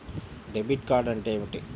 Debit card అంటే ఏమిటి?